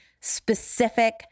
specific